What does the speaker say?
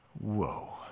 Whoa